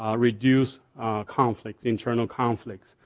ah reduce conflict, internal conflict.